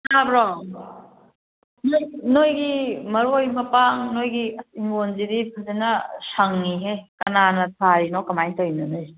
ꯇꯥꯕ꯭ꯔꯣ ꯅꯣꯏ ꯅꯣꯏꯒꯤ ꯃꯔꯣꯏ ꯃꯄꯥꯡ ꯅꯣꯏꯒꯤ ꯍꯤꯡꯒꯣꯜꯁꯤꯗꯤ ꯐꯖꯅ ꯁꯪꯉꯤꯍꯦ ꯀꯅꯥꯅ ꯊꯥꯔꯤꯅꯣ ꯀꯃꯥꯏꯅ ꯇꯧꯔꯤꯅꯣ ꯅꯣꯏꯁꯤꯕꯣ